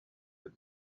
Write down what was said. that